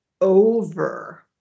over